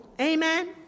amen